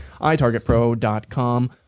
itargetpro.com